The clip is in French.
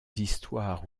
histoires